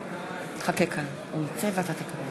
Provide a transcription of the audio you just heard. יצחק אהרונוביץ, מצביע שמעון